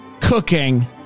cooking